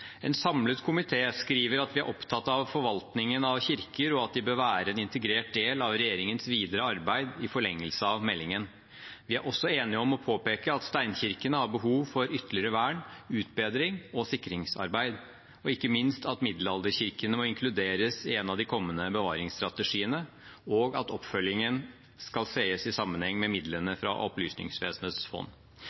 En samlet komité skriver at vi er opptatt av forvaltningen av kirker, og at de bør være en integrert del av regjeringens videre arbeid i forlengelse av meldingen. Vi er også enige om å påpeke at steinkirkene har behov for ytterlige vern, utbedring og sikringsarbeid, og ikke minst at middelalderkirkene må inkluderes i en av de kommende bevaringsstrategiene, og at oppfølgingen skal ses i sammenheng med midlene fra Opplysningsvesenets fond.